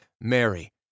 Mary